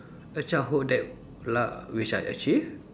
a childhood that la~ which I achieve